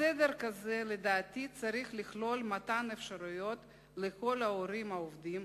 הסדר כזה לדעתי צריך לכלול מתן אפשרויות לכל ההורים העובדים,